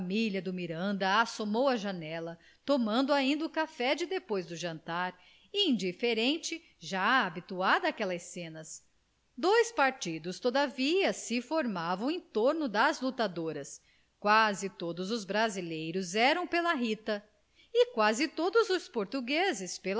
do miranda assomou à janela tomando ainda o café de depois do jantar indiferente já habituada àquelas cenas dois partidos todavia se formavam em torno das lutadoras quase todos os brasileiros eram pela rita e quase todos os portugueses